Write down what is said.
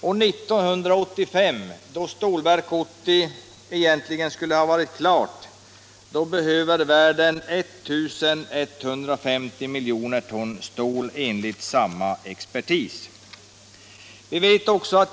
Och 1985, då Stålverk 80 skulle ha varit klart, behöver världen 1 150 milj. ton stål, enligt samma expertis.